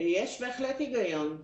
יש בהחלט הגיון.